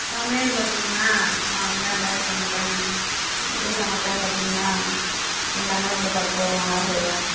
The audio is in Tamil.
சமையல் பார்த்திங்கன்னா நான் வந்து ரொம்ப நல்லாவே சமைப்பேங்க எப்படி சமைப்பேன்னு பார்த்திங்கன்னா எல்லாமே ரொம்ப பக்குவமாகதான் செய்வேன்